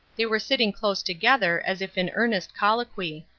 they were sitting close together as if in earnest colloquy.